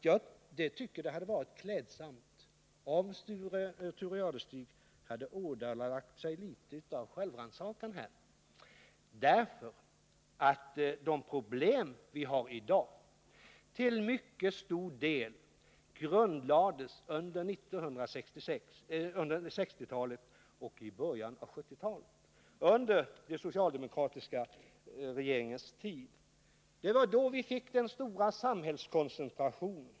Jag tycker att det hade varit klädsamt om Thure Jadestig här ådagalagt något litet av självrannsakan, eftersom de problem vi i dag har till mycket stor del grundlades under 1960-talet och i början av 1970-talet under den socialdemokratiska regeringstiden. Det var då vi fick den stora samhällskoncentrationen.